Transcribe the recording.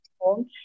home